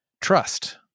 trust